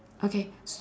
okay s~